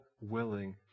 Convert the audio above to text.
willing